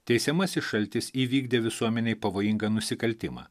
teisiamasis šaltis įvykdė visuomenei pavojingą nusikaltimą